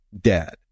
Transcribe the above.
dead